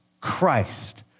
Christ